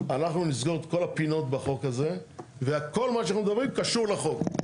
אנחנו נסגור את כל הפינות בחוק הזה וכל מה שאנחנו מדברים קשור לחוק.